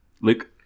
Luke